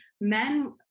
Men